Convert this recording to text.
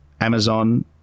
Amazon